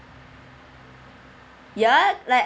ya like